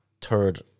Third